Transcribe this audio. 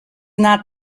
not